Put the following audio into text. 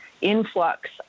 influx